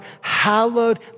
hallowed